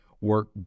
work